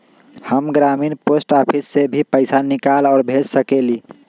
हम ग्रामीण post office से भी पैसा निकाल और भेज सकेली?